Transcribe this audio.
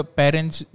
parents